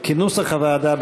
כנוסח הוועדה,